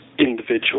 individual